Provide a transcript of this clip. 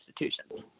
institutions